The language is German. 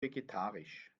vegetarisch